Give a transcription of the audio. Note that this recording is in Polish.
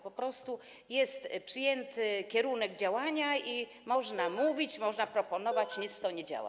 Po prostu jest przyjęty kierunek działania i można mówić, można proponować, nic to nie da.